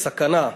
בסכנה.